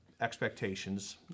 expectations